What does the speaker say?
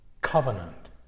Covenant